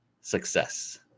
success